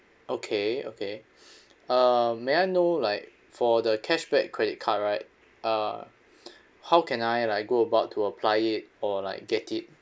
okay okay uh may I know like for the cashback credit card right uh how can I like go about to apply it or like get it